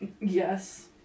Yes